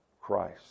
christ